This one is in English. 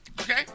Okay